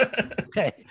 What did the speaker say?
okay